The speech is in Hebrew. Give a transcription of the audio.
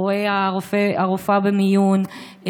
רואה הרופאה במיון,